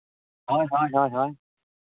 ᱦᱳᱭ ᱦᱳᱭ ᱦᱳᱭ ᱦᱳᱭ